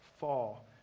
fall